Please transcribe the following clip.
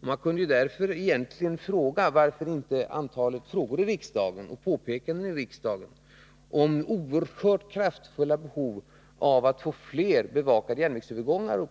Man kunde därför fråga varför det inte uppkommer fler frågor och påpekanden i riksdagen om det oerhört kraftfulla behovet av att få flera bevakade järnvägsövergångar.